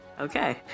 Okay